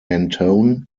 mentone